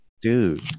dude